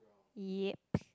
ya